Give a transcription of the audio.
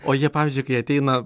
o jie pavyzdžiui kai ateina